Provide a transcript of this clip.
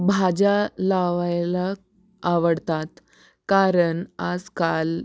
भाज्या लावायला आवडतात कारण आजकाल